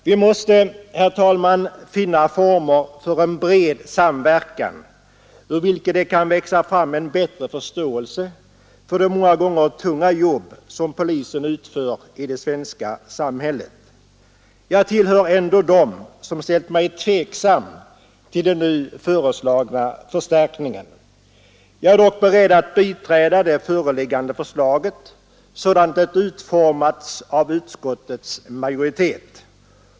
Vi måste finna former för en bred samverkan, ur vilken det kan växa fram en bättre förståelse för det många gånger tunga jobb som polisen utför i det svenska samhället. Jag tillhör dem som ställt sig tveksamma till de nu föreslagna förstärkningarna. Jag är dock beredd att biträda det föreliggande förslaget sådant det utformats av utskottets majoritet.